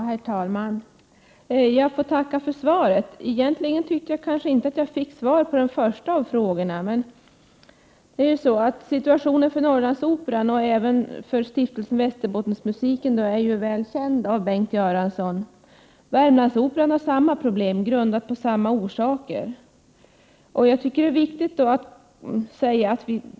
Herr talman! Jag ber att få tacka för svaret, men jag tycker egentligen inte att jag fick något svar på den första frågan. Situationen för Norrlandsoperan och även för stiftelsen Västerbottensmusiken är väl känd för Bengt Göransson. Värmlandsoperan har samma problem, av samma orsaker.